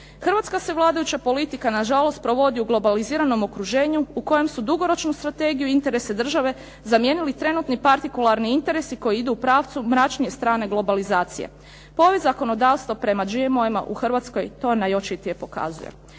Hrvatska se vladajuća politika na žalost provodi u globaliziranom okruženju u kojem su dugoročnu strategiju i interese države zamijenili trenutni partikularni interesi koji idu u pravcu mračnije strane globalizacije. Povijest zakonodavstva prema GMO-ima u Hrvatskoj to najočitije pokazuje.